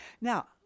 Now